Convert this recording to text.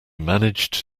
managed